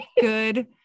good